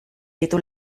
ditu